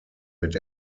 mit